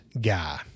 guy